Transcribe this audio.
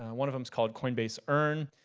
one of them is called coinbase earn,